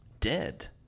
dead